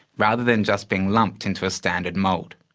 rather than just being lumped into a standard mould.